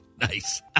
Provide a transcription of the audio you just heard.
Nice